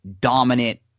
Dominant